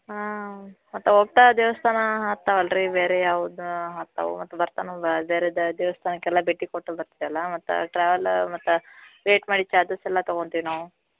ಹಾಂ ಮತ್ತು ಹೋಗ್ತಾ ದೇವಸ್ಥಾನ ಹತ್ತವಲ್ಲ ರೀ ಬೇರೆ ಯಾವ್ದು ಹತ್ತವು ಮತ್ತು ಬರ್ತಾ ಬೇರೇದು ದೇವಸ್ಥಾನಕ್ಕೆಲ್ಲ ಭೇಟಿ ಕೊಟ್ಟು ಬರ್ತೆಲಾ ಮತ್ತು ಟ್ರಾವೆಲಾ ಮತ್ತು ವೇಯ್ಟ್ ಮಾಡಿದ ಚಾರ್ಜಸ್ಸೆಲ್ಲ ತೊಗೊಂತೀವಿ ನಾವು